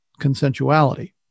consensuality